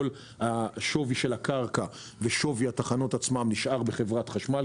שווי הקרקע ושווי התחנות עצמן נשאר בחברת החשמל,